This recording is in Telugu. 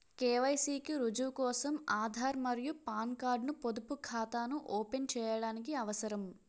కె.వై.సి కి రుజువు కోసం ఆధార్ మరియు పాన్ కార్డ్ ను పొదుపు ఖాతాను ఓపెన్ చేయడానికి అవసరం